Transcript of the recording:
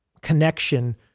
connection